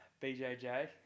BJJ